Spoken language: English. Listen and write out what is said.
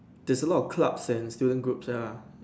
that's a lot of clubs and student group lah